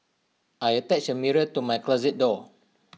I attached A mirror to my closet door